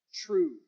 True